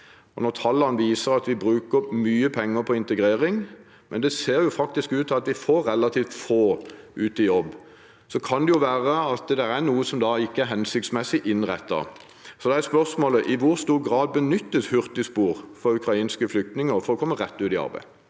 Når tallene viser at vi bruker mye penger på integrering, men det faktisk ser ut til at vi får relativt få ut i jobb, kan det være at det er noe som ikke er hensiktsmessig innrettet. Da er spørsmålet: I hvor stor grad benyttes hurtigspor for å få ukrainske flyktninger rett ut i arbeid?